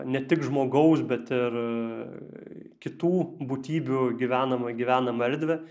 ne tik žmogaus bet ir kitų būtybių gyvenamą gyvenamą erdvę